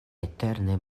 eterne